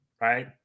right